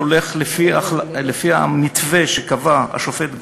שהולך לפי המתווה שקבע השופט גולדברג,